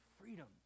freedom